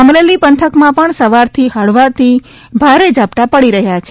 અમરેલી પંથકમાં પજા સવારથી હળવાથી ભારે ઝાપટાં પડી રહ્યાં છે